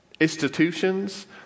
institutions